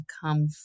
come